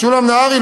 משולם נהרי,